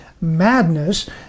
madness